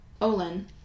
Olin